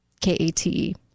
K-A-T-E